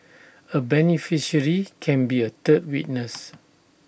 A beneficiary can be A third witness